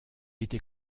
était